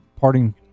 parting